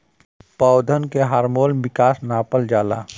पौधन के हार्मोन विकास नापल जाला